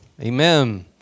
Amen